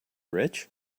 rich